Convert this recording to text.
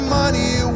money